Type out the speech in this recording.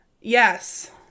Yes